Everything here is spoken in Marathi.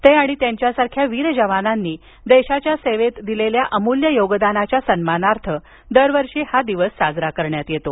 ते आणि त्यांच्यासारख्या वीर जवानांनी देशाच्या सेवेत दिलेल्या अमूल्य योगदानाच्या सन्मानार्थ दरवर्षी हा दिवस साजरा करण्यात येतो